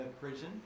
prison